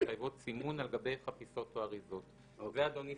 המחייבות סימון על גבי חפיסות או אריזות מוצרים." אדוני,